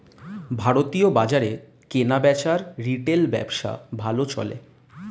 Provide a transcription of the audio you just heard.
ভারতীয় বাজারে কেনাবেচার রিটেল ব্যবসা ভালো চলে